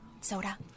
Soda